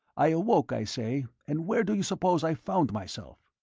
i awoke, i say, and where do you suppose i found myself?